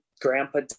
grandpa